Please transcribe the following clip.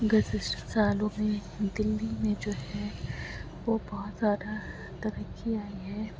گذشتہ سالوں میں دلی میں جو ہے وہ بہت زیادہ ترقی آئی ہے